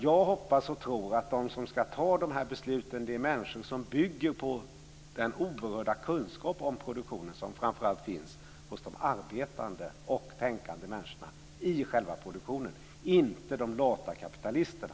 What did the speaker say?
Jag hoppas och tror att de här besluten ska bygga på den oerhörda kunskapen om produktionen som framför allt finns hos de arbetande och tänkande människorna i själva produktionen och inte hos de lata kapitalisterna.